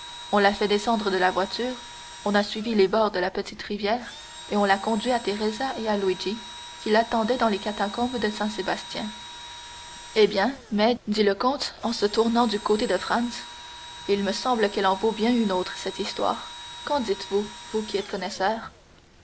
on l'a fait descendre de voiture on a suivi les bords de la petite rivière et on l'a conduit à teresa et à luigi qui l'attendaient dans les catacombes de saint sébastien eh bien mais dit le comte en se tournant du côté de franz il me semble qu'elle en vaut bien une autre cette histoire qu'en dites-vous vous qui êtes connaisseur